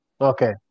Okay